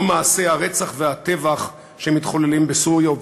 לא מעשי הרצח והטבח שמתחוללים בסוריה ובעיראק,